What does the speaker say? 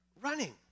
running